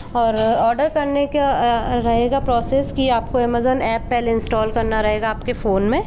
और ऑर्डर करने का रहेगा प्रोसेस की आपको अमेज़न एप पहले इंस्टॉल करना रहेगा पहले आपके फ़ोन में